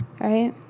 right